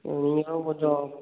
ம் நீங்க தான் கொஞ்சம்